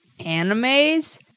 animes